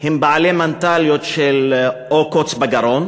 הם בעלי מנטליות של או קוץ בגרון,